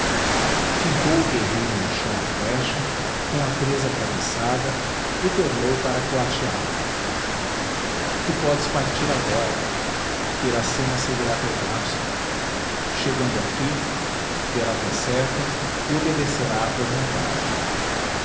o guerreiro no chão a flecha com a presa atravessada e tornou para coatiabo tu podes partir agora iracema seguirá teu rastro chegando aqui verá tua seta e obedecerá à tua vontade